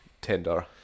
tender